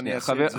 רק שנייה.